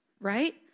right